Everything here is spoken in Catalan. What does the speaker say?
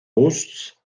busts